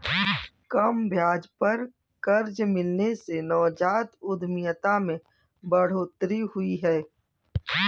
कम ब्याज पर कर्ज मिलने से नवजात उधमिता में बढ़ोतरी हुई है